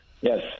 Yes